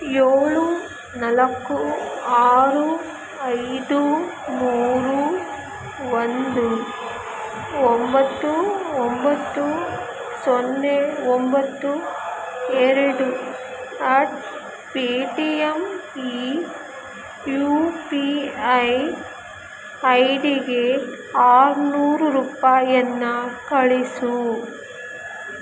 ಏಳು ನಾಲ್ಕು ಆರು ಐದು ಮೂರು ಒಂದು ಒಂಬತ್ತು ಒಂಬತ್ತು ಸೊನ್ನೆ ಒಂಬತ್ತು ಎರಡು ಅಟ್ ಪೇಟಿಯಮ್ ಈ ಯು ಪಿ ಐ ಐಡಿಗೆ ಆರ್ನೂರು ರೂಪಾಯನ್ನ ಕಳಿಸು